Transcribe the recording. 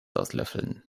auslöffeln